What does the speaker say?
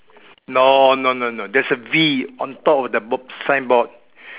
no no no no there's a B on top of the bo~ signboard